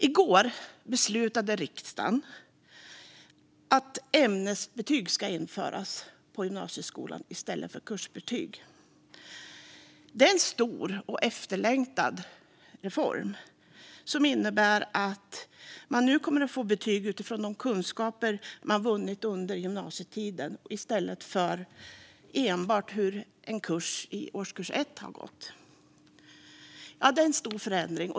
I går beslutade riksdagen att ämnesbetyg i stället för kursbetyg ska införas i gymnasieskolan. Det är en stor och efterlängtad reform som innebär att man nu kommer att få betyg utifrån de kunskaper man har vunnit under gymnasietiden i stället för enbart utifrån hur det har gått i en enskild kurs i årskurs 1. Det är en stor förändring.